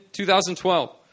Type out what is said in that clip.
2012